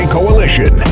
Coalition